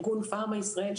ישראל,